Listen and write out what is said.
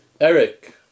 Eric